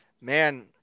man